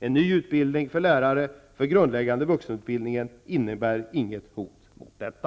En ny utbildning för lärare för grundläggande vuxenutbildning innebär inget hot mot detta.